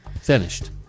finished